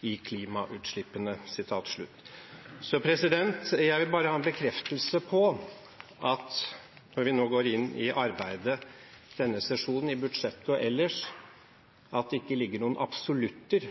i klimautslippene.» Jeg vil før vi nå går inn i arbeidet denne sesjonen med budsjettet og ellers, ha en bekreftelse på at det ikke ligger noen absolutter